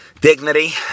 dignity